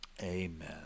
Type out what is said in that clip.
Amen